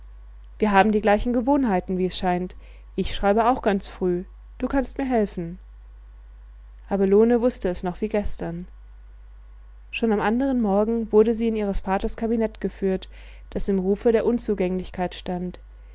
wir haben die gleichen gewohnheiten wie es scheint ich schreibe auch ganz früh du kannst mir helfen abelone wußte es noch wie gestern schon am anderen morgen wurde sie in ihres vaters kabinett geführt das im rufe der unzugänglichkeit stand